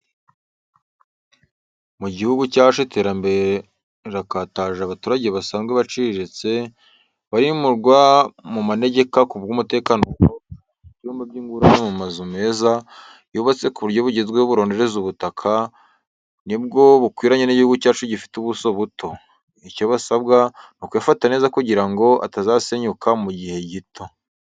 No mu gihugu cyacu iterambere rirakataje, abaturage basanzwe baciriritse, barimurwa mu manegeka ku bw'umutekano wabo, bagahabwa ibyumba by'ingurane mu mazu meza, yubatse mu buryo bugezweho burondereza ubutaka, ni bwo bukwiranye n'igihugu cyacu gifite ubuso buto. Icyo basabwa ni ukuyafata neza kugira ngo atazasenyuka mu gihe gito.